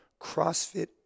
CrossFit